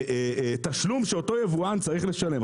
תשלום שאותו יבואן צריך לשלם.